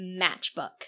matchbook